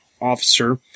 officer